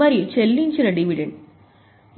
మరియు చెల్లించిన డివిడెండ్